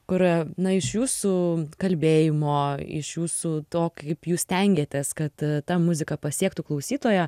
kur na iš jūsų kalbėjimo iš jūsų to kaip jūs stengiatės kad ta muzika pasiektų klausytoją